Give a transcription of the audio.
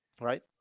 Right